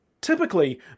Typically